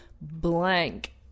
blank